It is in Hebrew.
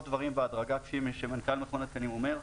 דברים בהדרגה כפי שמנכ"ל מכון התקנים אומר,